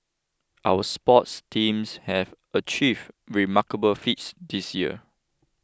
our sports teams have achieved remarkable feats this year